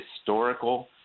historical